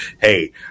hey